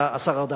השר ארדן,